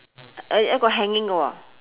aai yat go hanging go orh